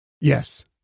Yes